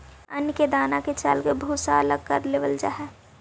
अन्न के दान के चालके भूसा अलग कर लेवल जा हइ